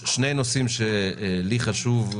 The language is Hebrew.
ושניים - הנושא של ההכשרות המקצועיות והתאמת שוק התעסוקה